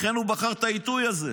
לכן הוא בחר את העיתוי הזה.